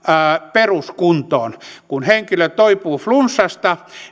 peruskuntoon kun henkilö toipuu flunssasta